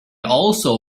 also